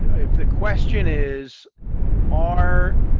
if the question is are